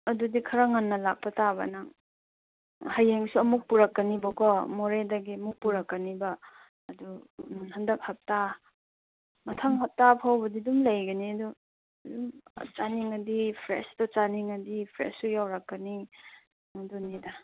ꯑꯗꯨꯗꯤ ꯈꯔ ꯉꯟꯅ ꯂꯥꯛꯄ ꯇꯥꯕ ꯅꯪ ꯍꯌꯦꯡꯁꯨ ꯑꯃꯨꯛ ꯄꯨꯔꯛꯀꯅꯤꯕꯀꯣ ꯃꯣꯔꯦꯗꯒꯤ ꯑꯃꯨꯛ ꯄꯨꯔꯛꯀꯅꯤꯕ ꯑꯗꯨ ꯎꯝ ꯍꯟꯗꯛ ꯍꯞꯇꯥ ꯃꯊꯪ ꯍꯞꯇꯥ ꯐꯥꯎꯕꯗꯤ ꯑꯗꯨꯝ ꯂꯩꯒꯅꯤ ꯑꯗꯨ ꯑꯗꯨꯝ ꯆꯥꯅꯤꯡꯂꯗꯤ ꯐ꯭ꯔꯦꯁꯇ ꯆꯥꯅꯤꯡꯂꯗꯤ ꯐ꯭ꯔꯦꯁꯨ ꯌꯧꯔꯛꯀꯅꯤ ꯑꯗꯨꯅꯤꯗ